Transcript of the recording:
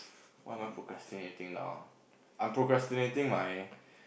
what am I procrastinating now I'm procrastinating my